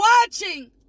watching